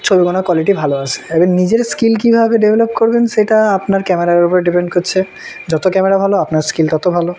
ছবিগুলোর কোয়ালিটি ভালো আসে এবার নিজের স্কিল কীভাবে ডেভেলপ করবেন সেটা আপনার ক্যামেরার ওপরে ডিপেন্ড করছে যত ক্যামেরা ভালো আপনার স্কিল তত ভালো